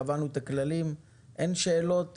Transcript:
קבענו את הכללים: אין שאלות,